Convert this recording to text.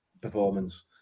performance